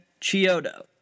Chiodo